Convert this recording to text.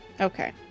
okay